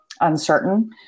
uncertain